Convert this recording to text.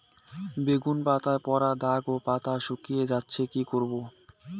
বেগুন পাতায় পড়া দাগ ও পাতা শুকিয়ে যাচ্ছে কি করব?